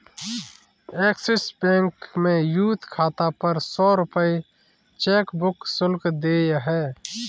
axis bank में youth खाता पर सौ रूपये चेकबुक शुल्क देय है